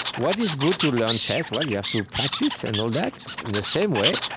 what is good to learn chess? well, you have to practice and all that. in the same way,